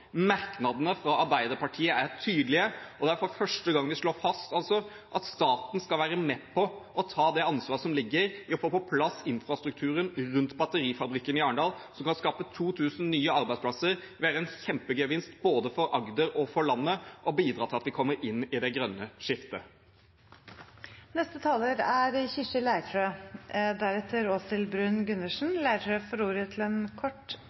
Merknadene fra Arbeiderpartiet er tydelige. For første gang slår vi fast at staten skal være med på å ta det ansvaret som ligger i å få på plass infrastrukturen rundt batterifabrikken i Arendal, som kan skape 2 000 nye arbeidsplasser. Det vil være en kjempegevinst både for Agder og for landet, og bidra til at vi kommer inn i det grønne skiftet. Representanten Kirsti Leirtrø har hatt ordet to ganger tidligere og får ordet til en kort